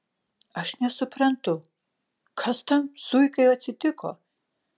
aš nesuprantu kas tam zuikai atsitiko